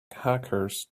hackers